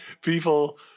people